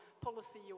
policy